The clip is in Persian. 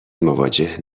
مواجه